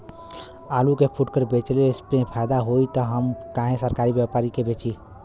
आलू के फूटकर बेंचले मे फैदा होई त हम काहे सरकारी व्यपरी के बेंचि?